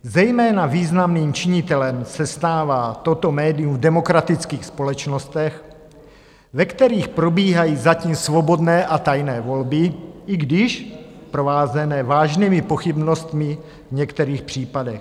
Zejména významným činitelem se stává toto médium v demokratických společnostech, ve kterých probíhají zatím svobodné a tajné volby, i když provázené vážnými pochybnostmi v některých případech.